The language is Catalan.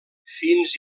fins